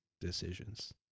decisions